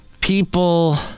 People